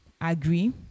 agree